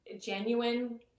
genuine